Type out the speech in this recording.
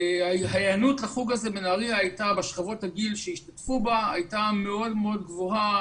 ההיענות לחוג הזה בנהריה בשכבות הגיל שהשתתפו בה הייתה מאוד מאוד גבוהה,